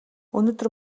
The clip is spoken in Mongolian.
өнөөдөр